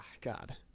God